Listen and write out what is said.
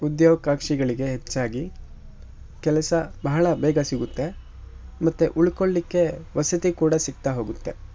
ಉದ್ಯೋಕಾಕ್ಷಿಗಳಿಗೆ ಹೆಚ್ಚಾಗಿ ಕೆಲಸ ಬಹಳ ಬೇಗ ಸಿಗುತ್ತೆ ಮತ್ತು ಉಳ್ಕೊಳ್ಳಿಕ್ಕೆ ವಸತಿ ಕೂಡ ಸಿಕ್ತಾ ಹೋಗುತ್ತೆ